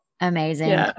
amazing